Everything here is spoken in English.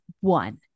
one